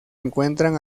encuentran